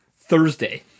Thursday